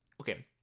okay